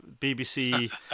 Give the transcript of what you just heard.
BBC